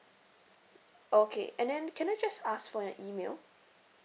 okay and then can I just ask for your email